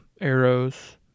Arrows